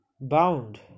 bound